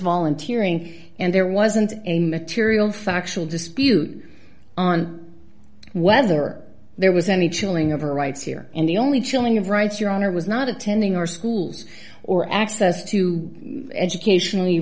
volunteering and there wasn't a material factual dispute on whether there was any chilling of her rights here and the only chilling of rights your honor was not attending our schools or access to educationally